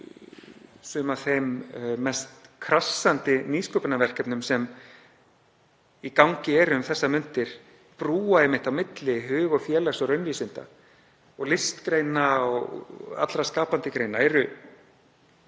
sum af þeim mest krassandi nýsköpunarverkefnum sem í gangi eru um þessar mundir brúa einmitt bilið á milli hug- og félags- og raunvísinda og listgreina og allra skapandi greina, eru